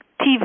TV